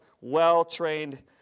well-trained